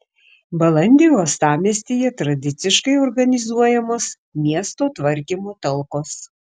balandį uostamiestyje tradiciškai organizuojamos miesto tvarkymo talkos